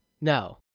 no